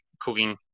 cooking